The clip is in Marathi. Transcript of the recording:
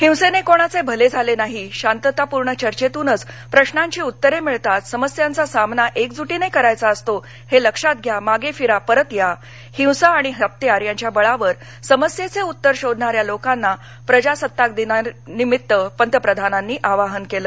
हिसेने कोणाचे भले झाले नाही शांततापूर्ण चर्चेतूनच प्रशांची उत्तरे मिळतात समस्यांचा सामना एकजुटीनेच करायचा असतो हे लक्षात घ्या मागे फिरा परत याहिंसा आणि हत्यार यांच्या बळावर समस्येचे उत्तर शोधणाऱ्या लोकांना प्रजासत्ताकदिनी पंतप्रधानांनी आवाहन केलं